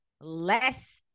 less